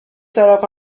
طرف